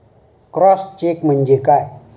Cross check म्हणजे काय?